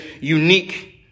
unique